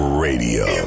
radio